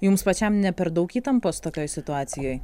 jums pačiam ne per daug įtampos tokioj situacijoj